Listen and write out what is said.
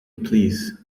please